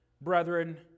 brethren